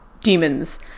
demons